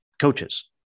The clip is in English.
coaches